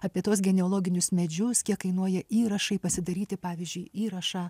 apie tuos genealoginius medžius kiek kainuoja įrašai pasidaryti pavyzdžiui įrašą